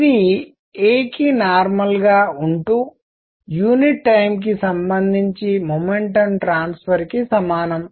ఇది a కి normal గా ఉంటూ యానిట్ టైమ్ కి సంబంధించి మొమెంటం ట్రాన్స్ఫర్ కి సమానం